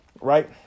right